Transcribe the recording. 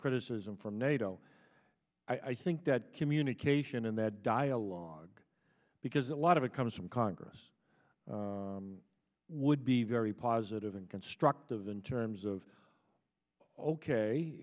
criticism from nato i think that communication and that dialogue because a lot of it comes from congress would be very positive and constructive in terms of